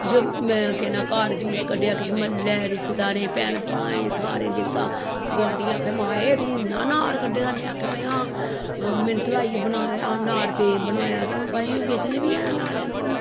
किश केह् नां घर जूस क'ड्डेआ किश म्हल्लै रिश्तेदारें भैन भ्राएं सारें दित्ता गोआंढियैं आखेआ माए तूं इन्ना नार क'ड्डे दा में आखेआ भाई हां मैंह्नत लाइयै बनाया ते हून भाई बेचने बी हैन